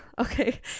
Okay